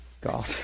God